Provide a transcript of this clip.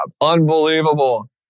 Unbelievable